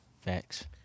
Facts